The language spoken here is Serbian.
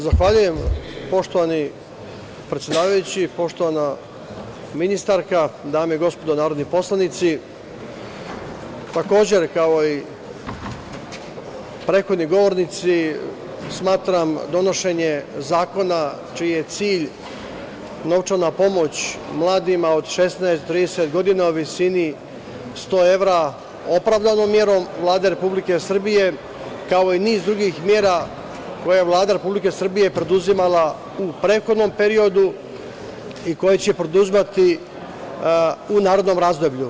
Zahvaljujem, poštovani predsedavajući, poštovana ministarka, dame i gospodo narodni poslanici, takođe kao i prethodni govornici, smatram donošenje zakona čiji je cilj novčana pomoć mladima od 16 do 30 godina u visini od 100 evra opravdanom merom Vlade Republike Srbije, kao i niz drugih mera koje je Vlada Republike Srbije preduzimala u prethodnom periodu i koje će preduzimati u narednom razdoblju.